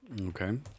okay